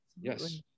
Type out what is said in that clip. Yes